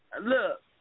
look